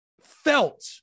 felt